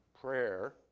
prayer